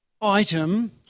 item